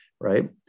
right